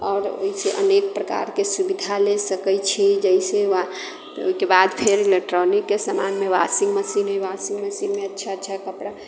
आओर ओहिसे अनेक प्रकारके सुविधा ले सकैत छी जइसे वा ओहिके बाद फेर इलेक्ट्रॉनिक के समानमे वाशिङ्गमशीन हइ वाशिङ्गमशीनमे अच्छा अच्छा कपड़ा